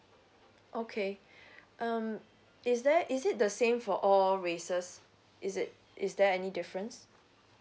okay um is there is it the same for all races is it is there any difference